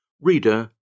Reader